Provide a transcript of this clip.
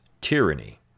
tyranny